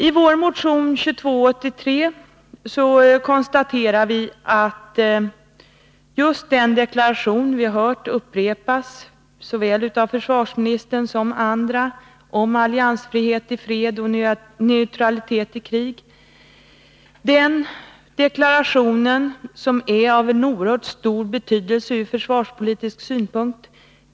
I vår motion 2283 konstateras att vi inte lever upp till den deklaration vi hört upprepas av såväl försvarsministern som andra, om alliansfrihet i fred och neutralitet i krig, en deklaration av oerhört stor betydelse ur försvarspolitisk synpunkt.